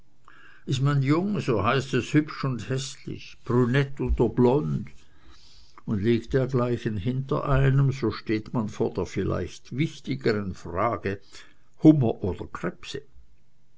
ist man jung so heißt es hübsch oder häßlich brünett oder blond und liegt dergleichen hinter einem so steht man vor der vielleicht wichtigeren frage hummer oder krebse